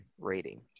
rating